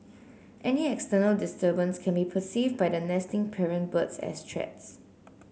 any external disturbance can be perceived by the nesting parent birds as threats